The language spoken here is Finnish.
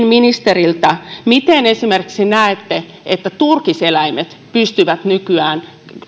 ministeriltä miten esimerkiksi näette että turkiseläimet pystyvät nykyään